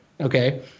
okay